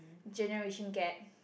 generation gap